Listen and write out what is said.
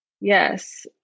Yes